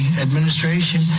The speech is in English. administration